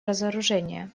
разоружения